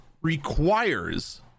requires